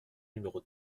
numéro